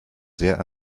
sehr